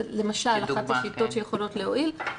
למשל, זו אחת השיטות שיכולה להועיל.